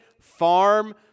farm